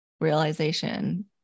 realization